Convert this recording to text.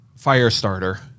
Firestarter